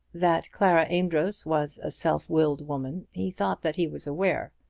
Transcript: that clara amedroz was a self-willed woman he thought that he was aware.